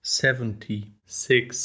seventy-six